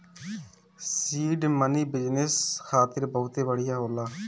seed money business खातिर बहुते बढ़िया होला